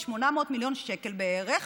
ב-800 מיליון שקל בערך.